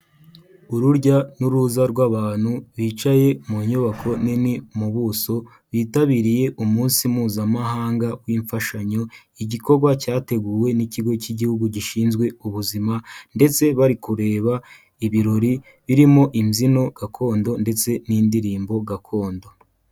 Urujya n'uruza rw'abantu bicaye mu nyubako nini mu buso bitabiriye umunsi mpuzamahanga w'imfashanyo igikorwa cyateguwe n'ikigo cy'igihugu gishinzwe ubuzima ndetse bari kureba ibirori birimo imbyino gakondo ndetse n'indirimbo gakondo.